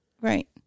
right